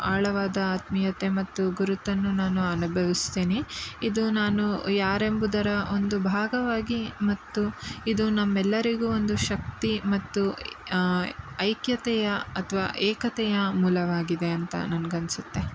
ಆಳವಾದ ಆತ್ಮೀಯತೆ ಮತ್ತು ಗುರುತನ್ನು ನಾನು ಅನುಭವಿಸ್ತೀನಿ ಇದು ನಾನು ಯಾರೆಂಬುದರ ಒಂದು ಭಾಗವಾಗಿ ಮತ್ತು ಇದು ನಮ್ಮೆಲ್ಲರಿಗೂ ಒಂದು ಶಕ್ತಿ ಮತ್ತು ಐಕ್ಯತೆಯ ಅಥ್ವಾ ಏಕತೆಯ ಮೂಲವಾಗಿದೆ ಅಂತ ನನ್ಗೆ ಅನಿಸುತ್ತೆ